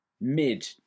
mid